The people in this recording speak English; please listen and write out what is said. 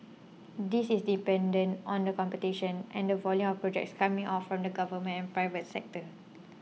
this is dependent on the competition and the volume of projects coming out from the government and private sector